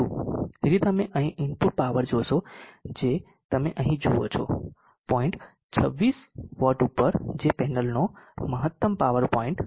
તેથી તમે અહીં ઇનપુટ પાવર જોશો જે તમે અહીં જુઓ છો પોઇન્ટ 26 વોટ ઉપર જે પેનલનો મહત્તમ પાવર પોઇન્ટ છે